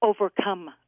Overcome